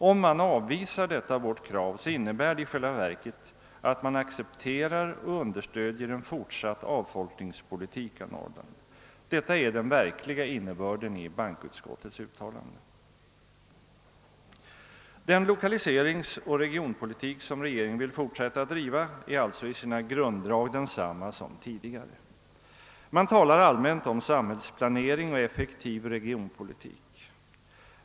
Om man avvisar detta vårt krav innebär det i själva verket att man accepterar och understödjer en fortsatt avfolkningspolitik av Norrland. Detta är den verkliga innebörden i bankoutskottets uttalande. Den lokaliseringsoch regionpolitik som regeringen vill fortsätta att driva är alltså i sina grunddrag densamma som tidigare. Man talar allmänt om samhällsplanering och effektiv regionpolitik.